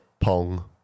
Pong